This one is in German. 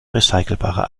recycelbarer